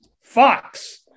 Fox